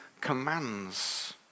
commands